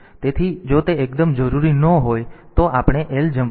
તેથી જો તે એકદમ જરૂરી ન હોય તો આપણે ljmp નો ઉપયોગ કરવો જોઈએ નહીં